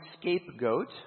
scapegoat